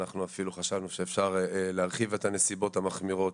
אנחנו אפילו חשבנו שאפשר להרחיב את הנסיבות המחמירות